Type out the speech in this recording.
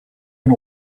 and